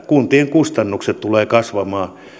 kuntien kustannukset tulevat kasvamaan